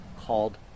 called